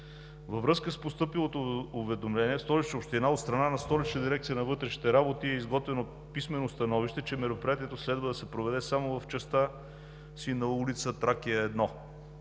Във връзка с постъпилото уведомление в Столична община от страна на Столична дирекция на вътрешните работи е изготвено писмено становище, че мероприятието следва да се проведе само в частта си на ул. „Тракия“